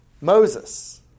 Moses